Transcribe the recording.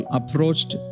approached